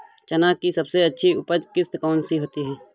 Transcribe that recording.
चना की सबसे अच्छी उपज किश्त कौन सी होती है?